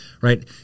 Right